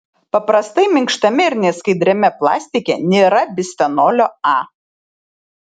paprastai minkštame ir neskaidriame plastike nėra bisfenolio a